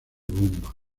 bomba